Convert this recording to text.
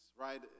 right